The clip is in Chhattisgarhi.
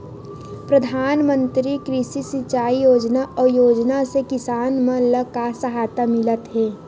प्रधान मंतरी कृषि सिंचाई योजना अउ योजना से किसान मन ला का सहायता मिलत हे?